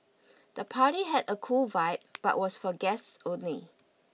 the party had a cool vibe but was for guests only